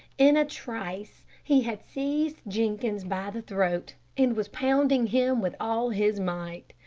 in a trice he had seized jenkins by the throat, and was pounding him with all his might.